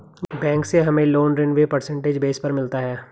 bank से हमे loan ऋण भी परसेंटेज बेस पर मिलता है